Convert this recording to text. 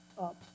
up